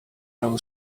know